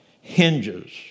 hinges